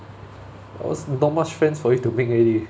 or else not much friends for you to make already